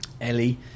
Ellie